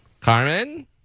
Carmen